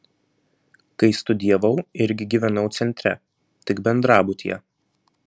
kai studijavau irgi gyvenau centre tik bendrabutyje